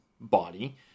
body